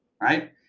right